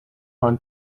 want